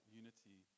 unity